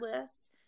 list